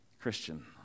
Christian